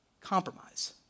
compromise